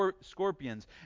scorpions